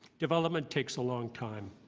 development takes a long time.